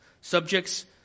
Subjects